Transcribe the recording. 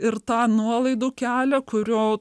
ir tą nuolaidų kelią kurio